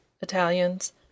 Italians